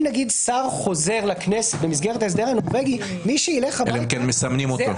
אם נגיד שר חוזר לכנסת במסגרת ההסדר הנורבגי -- אלא אם כן מסמנים אותו.